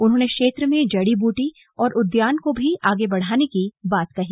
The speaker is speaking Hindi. उन्होंने क्षेत्र में जड़ी बूटी और उद्यान को भी आगे बढ़ाने की बात कही